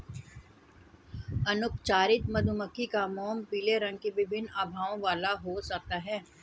अनुपचारित मधुमक्खी का मोम पीले रंग की विभिन्न आभाओं वाला हो जाता है